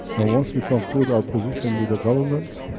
and once we conclude our position with the governments,